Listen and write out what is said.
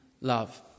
love